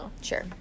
Sure